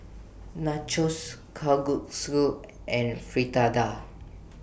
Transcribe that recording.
Nachos Kalguksu and Fritada